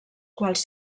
quals